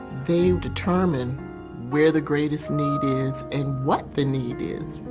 they determine where the greatest need is and what the need is.